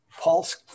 pulse